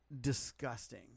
disgusting